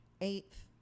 eighth